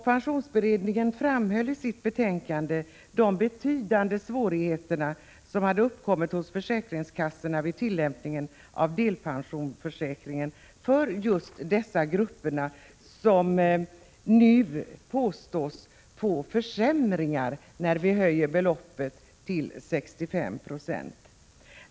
Pensionsberedningen pekade på de betydande svårigheter som hade uppkommit vid försäkringskassorna när det gällde tillämpningen av delpensionsförsäkringen för just de grupper som påstås få försämringar, när vi nu höjer beloppet till 65 20.